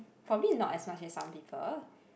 for me it's not as much as some people